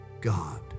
God